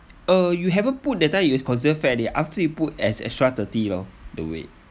uh you haven't put that time is considered fat already after you put as extra thirty lor the weight